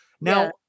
now